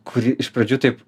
kuri iš pradžių taip